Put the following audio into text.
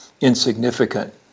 insignificant